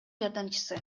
жардамчысы